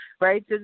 right